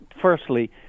firstly